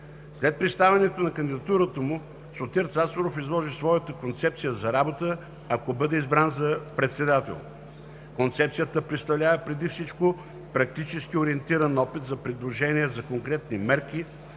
След представянето на кандидатурата му Сотир Цацаров изложи своята концепция за работа, ако бъде избран за председател. Концепцията представлява преди всичко практически ориентиран опит за предложения за конкретни мерки,